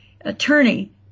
attorney